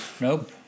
nope